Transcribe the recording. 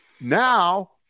now